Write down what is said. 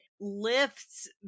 lifts